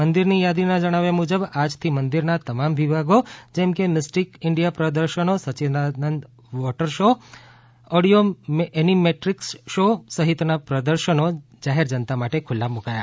મંદિરની યાદીના જણાવ્યા મુજબ આજથી મંદિરના તમામ વિભાગો જેમ કે મિસ્ટીક ઇન્ડિયા પ્રદર્શનો Sachchidanand water show audio animatronics show સહિતના પ્રદર્શનો જાહેર જનતા માટે ખુલ્લા મુકાયા